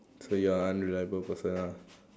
so you are unreliable person ah